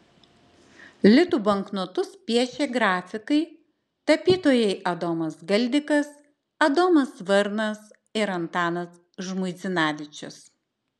litų banknotus piešė grafikai tapytojai adomas galdikas adomas varnas ir antanas žmuidzinavičius